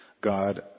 God